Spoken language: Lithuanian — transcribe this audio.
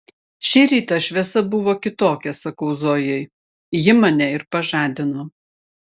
šį rytą šviesa buvo kitokia sakau zojai ji mane ir pažadino